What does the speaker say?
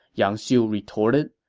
yang xiu retorted.